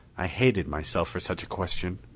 i hated myself for such a question.